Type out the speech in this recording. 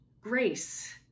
Grace